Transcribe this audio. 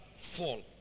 fall